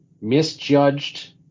Misjudged